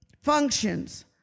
functions